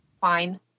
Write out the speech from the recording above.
fine